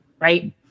right